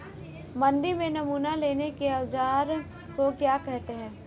मंडी में नमूना लेने के औज़ार को क्या कहते हैं?